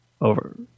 over